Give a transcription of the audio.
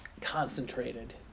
concentrated